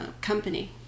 Company